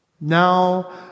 now